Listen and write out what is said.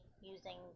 using